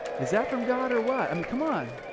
is that from god or what? i mean, come on.